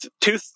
two